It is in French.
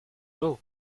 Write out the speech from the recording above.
beau